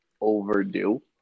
overdue